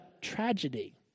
tragedy